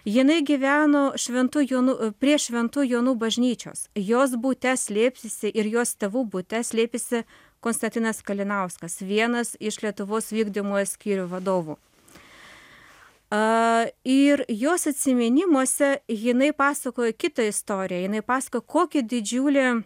jinai gyveno šventų jonų prie šventų jonų bažnyčios jos bute slėpsėsi ir jos tėvų bute slėpėsi konstantinas kalinauskas vienas iš lietuvos vykdomojo skyrių vadovų a ir jos atsiminimuose jinai pasakoja kitą istoriją jinai pasakoja kokią didžiulę